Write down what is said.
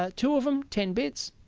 ah two of them, ten bits,